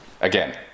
again